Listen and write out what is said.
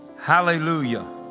Hallelujah